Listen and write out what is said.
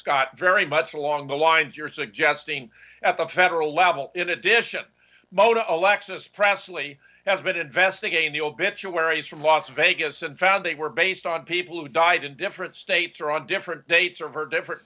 scott very much along the lines you're suggesting at the federal level in addition moto alexis presley has been investigating the obituaries from las vegas and found they were based on people who died in different states or on different dates server different